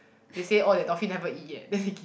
they say oh that dolphin haven't eat yet then they give